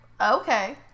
okay